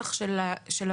בנוסח של הוועדה,